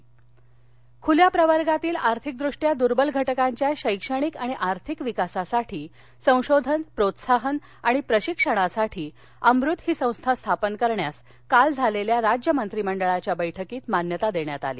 मंत्रीमंडळ खुल्या प्रवर्गातील अर्थिकदृष्ट्या दुर्बल घटकांच्या शैक्षणिक आणि आर्थिक विकासासाठी संशोधन प्रोत्साहन आणि प्रशिक्षणासाठी अमृत ही संस्था स्थापन करण्यास काल झालेल्या राज्य मंत्रिमंडळाच्या बैठकीत मान्यता देण्यात आली